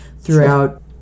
throughout